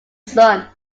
sun